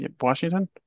Washington